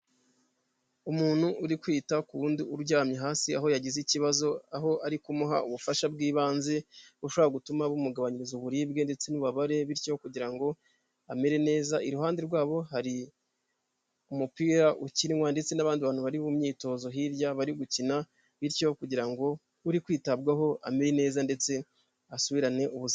Umuntu uri kwita ku wundi uryamye hasi aho yagize ikibazo, aho ari kumuha ubufasha bw'ibanze, bushobora gutuma bumugabanyiriza uburibwe ndetse n'ububabare, bityo kugira ngo amere neza, iruhande rwabo hari umupira ukinwa, ndetse n'abandi bantu bari mu myitozo hirya bari gukina bityo kugira ngo uri kwitabwaho amere neza ndetse asubirane ubuzima.